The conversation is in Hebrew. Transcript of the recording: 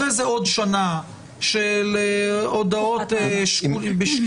אחרי זה עוד שנה של הודעות בשקילה.